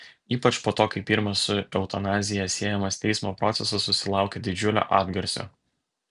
ypač po to kai pirmas su eutanazija siejamas teismo procesas susilaukė didžiulio atgarsio